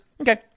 Okay